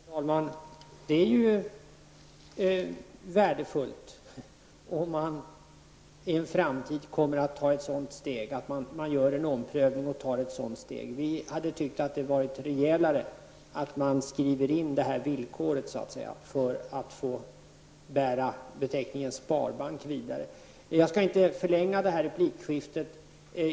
Fru talman! Det är ju värdefullt om man kommer att ta ett sådant steg i framtiden och göra en omprövning av detta. Vi tycker att det hade varit rejälare att skriva in det villkoret för att få bära beteckningen sparbank vidare. Jag skall inte förlänga det här replikskiftet.